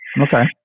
Okay